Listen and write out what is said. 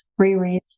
rereads